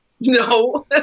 No